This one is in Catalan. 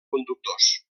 conductors